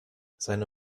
seine